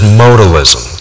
modalism